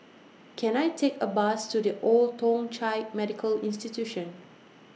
Can I Take A Bus to The Old Thong Chai Medical Institution